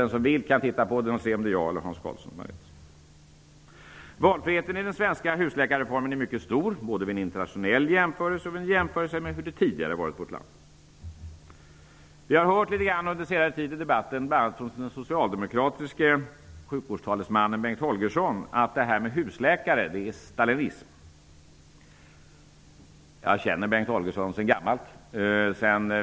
Den som vill kan titta på den och se om det är jag eller Hans Karlsson som har rätt. Valfriheten i den svenska husläkarreformen är mycket stor, både vid en internationell jämförelse och vid en jämförelse med hur det tidigare har varit i vårt land. Under senare tid har vi hört i debatten -- bl.a. av den socialdemokratiske sjukvårdstalesmannen Bengt Holgersson -- att detta med husläkare är stalinism. Jag känner Bengt Holgersson sedan länge.